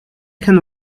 can